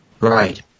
Right